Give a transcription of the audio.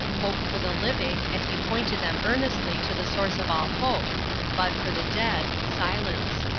hope for the living, and he pointed them earnestly to the source of all hope but for the dead, silence.